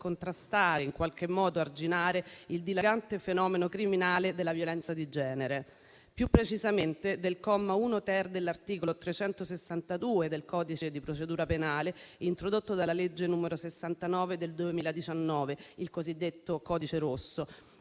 contrastare e in qualche modo arginare il dilagante fenomeno criminale della violenza di genere. Più precisamente, il riferimento è al comma 1-*ter* dell'articolo 362 del codice di procedura penale, introdotto dalla legge n. 69 del 2019, il cosiddetto codice rosso,